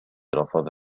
رفض